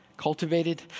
cultivated